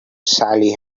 sally